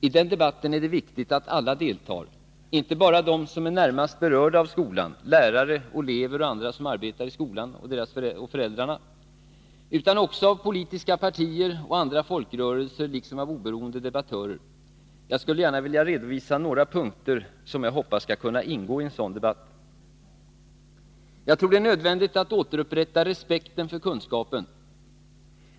I den debatten är det viktigt att alla deltar, inte bara de som är närmast berörda av skolan — lärare, elever och andra som arbetar i skolan och elevernas föräldrar — utan också politiska partier och andra folkrörelser liksom oberoende debattörer. Jag skulle gärna vilja redovisa några punkter som jag hoppas skall kunna ingå i en sådan debatt. Jag tror att det är nödvändigt att återupprätta respekten för kunskapen.